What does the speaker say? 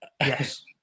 Yes